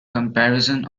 comparison